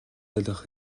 ойлгох